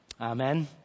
Amen